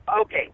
Okay